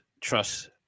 trust